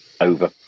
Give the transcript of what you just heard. Over